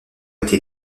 été